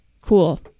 cool